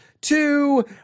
two